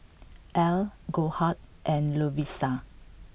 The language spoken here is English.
Elle Goldheart and Lovisa